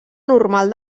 normal